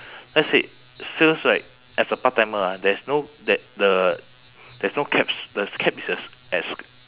let's say sales right as a part-timer ah there's no there the there's no caps the caps is as as